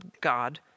God